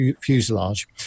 fuselage